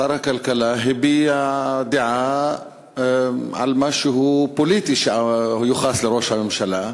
שר הכלכלה הביע דעה על משהו פוליטי שיוחס לראש הממשלה,